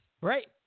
right